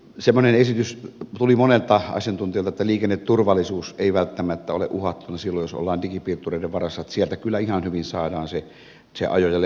sellainen esitys tuli monelta asiantuntijalta että liikenneturvallisuus ei välttämättä ole uhattuna silloin jos ollaan digipiirtureiden varassa että sieltä kyllä ihan hyvin saadaan se ajo ja lepoaika hallittua